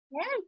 Yes